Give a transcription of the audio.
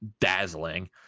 dazzling